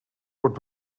wordt